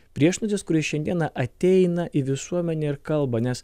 priešnuodis kuris šiandieną ateina į visuomenę ir kalba nes